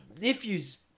nephews